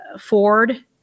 Ford